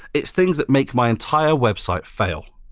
it's things that make my entire website fail.